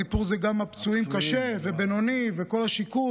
הסיפור זה גם הפצועים קשה ובינוני וכל השיקום.